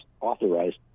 Authorized